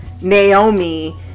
Naomi